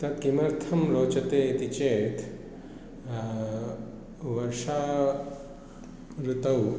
तद् किमर्थं रोचते इति चेत् वर्षा ऋतौ